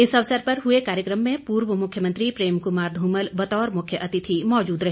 इस अवसर पर हुए कार्यक्रम में पूर्व मुख्यमंत्री प्रेम कुमार धूमल बतौर मुख्य अतिथि मौजूद रहे